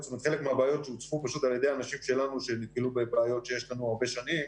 חלק מהבעיות הוצפו על ידי אנשים שלנו שנתקלו בבעיות שיש לנו הרבה שנים